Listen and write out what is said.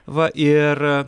va ir